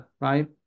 right